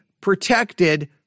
protected